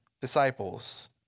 disciples